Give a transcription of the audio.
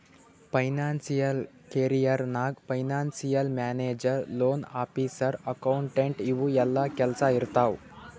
financial career ನಾಗ್ financial manager, loan officer, accountant ಇವು ಎಲ್ಲಾ ಕೆಲ್ಸಾ ಇರ್ತಾವ್